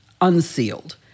unsealed